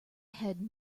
had